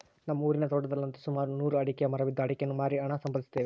ನಮ್ಮ ಊರಿನ ತೋಟದಲ್ಲಂತು ಸುಮಾರು ನೂರು ಅಡಿಕೆಯ ಮರವಿದ್ದು ಅಡಿಕೆಯನ್ನು ಮಾರಿ ಹಣ ಸಂಪಾದಿಸುತ್ತೇವೆ